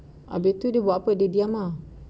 habis tu dia buat apa dia diam lah